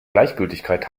gleichgültigkeit